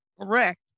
Correct